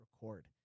record